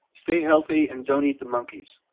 stay healthy. and don't eat the monkeys.